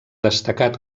destacat